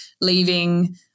leaving